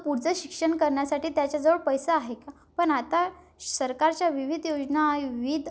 पुूढचं शिक्षण करण्या्साठी त्याच्याजवळ पैसा आहे का पण आता सरकारच्या विविध योजना विविध